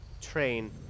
train